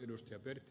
arvoisa puhemies